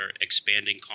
expanding